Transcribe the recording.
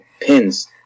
pins